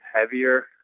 heavier